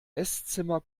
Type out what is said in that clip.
esszimmer